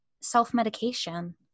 self-medication